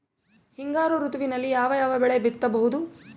ಹಿಂಗಾರು ಋತುವಿನಲ್ಲಿ ಯಾವ ಯಾವ ಬೆಳೆ ಬಿತ್ತಬಹುದು?